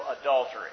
adultery